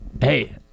hey